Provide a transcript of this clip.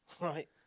Right